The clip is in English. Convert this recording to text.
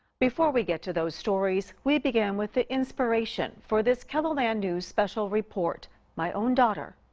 before we get to those stories. we begin with the inspiration for this keloland news special report my own daughter,